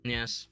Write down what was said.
Yes